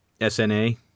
SNA